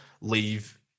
Leave